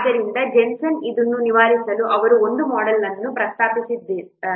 ಆದ್ದರಿಂದ ಜೆನ್ಸನ್ ಇದನ್ನು ನಿವಾರಿಸಲು ಅವರು ಒಂದು ಮೋಡೆಲ್ ಅನ್ನು ಪ್ರಸ್ತಾಪಿಸಿದ್ದಾರೆ